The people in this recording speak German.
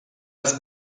das